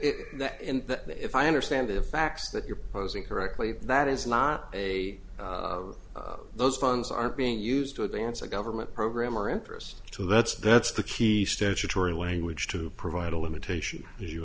and if i understand the facts that you're posing correctly that is not a those funds are being used to advance a government program or interest to that's that's the key statutory language to provide a limitation as you